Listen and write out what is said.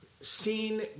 seen